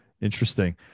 interesting